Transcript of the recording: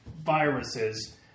viruses